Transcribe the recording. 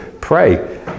Pray